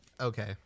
Okay